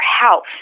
house